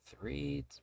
three